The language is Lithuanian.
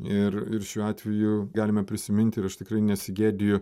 ir ir šiuo atveju galime prisiminti ir aš tikrai nesigėdiju